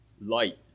light